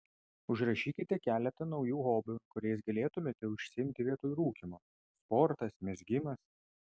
užrašykite keletą naujų hobių kuriais galėtumėte užsiimti vietoj rūkymo sportas mezgimas